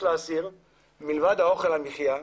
לבד האוכל למחיה,